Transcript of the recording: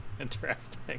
interesting